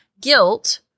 guilt